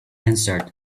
answered